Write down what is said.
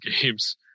games